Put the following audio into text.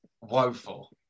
woeful